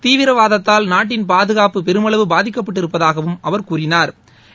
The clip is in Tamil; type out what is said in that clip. தீவிரவாதத்தால் நாட்டின் பாதுகாப்பு பெருமளவு பாதிக்கப்பட்டிருப்பதாகவும் அவர் கூறினாா்